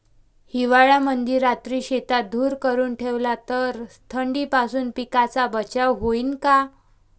हिवाळ्यामंदी रात्री शेतात धुर करून ठेवला तर थंडीपासून पिकाचा बचाव होईन का?